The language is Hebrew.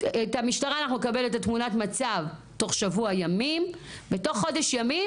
את המשטרה אנחנו נקבל את תמונת המצב תוך שבוע ימים ותוך חודש ימים,